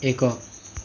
ଏକ